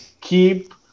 keep